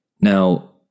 Now